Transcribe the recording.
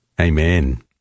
Amen